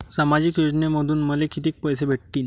सामाजिक योजनेमंधून मले कितीक पैसे भेटतीनं?